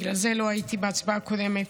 בגלל זה לא הייתי בהצבעה הקודמת.